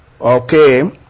Okay